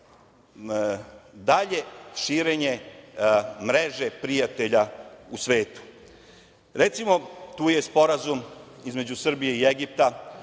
dalje širenje mreže prijatelja u svetu. Recimo, tu je Sporazum između Srbije i Egipta.